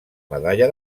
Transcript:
medalla